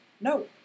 No